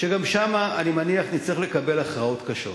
וגם שם אני מניח שנצטרך לקבל הכרעות קשות.